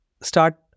start